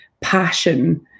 passion